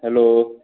hello